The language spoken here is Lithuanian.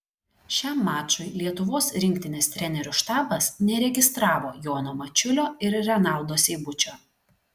šiam mačui lietuvos rinktinės trenerių štabas neregistravo jono mačiulio ir renaldo seibučio